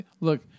look